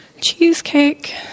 cheesecake